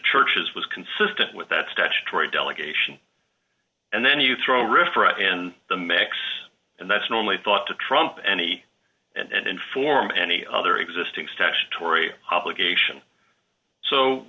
churches was consistent with that statutory delegation and then you throw refresh in the mix and that's normally thought to trump any and for many other existing statutory obligation so